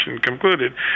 concluded